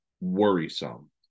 worrisome